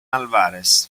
álvarez